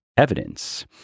evidence